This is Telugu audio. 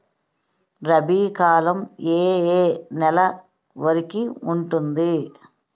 రబీ కాలం ఏ ఏ నెల వరికి ఉంటుంది?